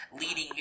Leading